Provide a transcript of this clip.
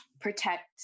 protect